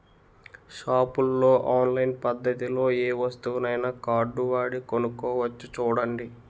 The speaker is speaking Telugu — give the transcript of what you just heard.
షాపుల్లో ఆన్లైన్ పద్దతిలో ఏ వస్తువునైనా కార్డువాడి కొనుక్కోవచ్చు చూడండి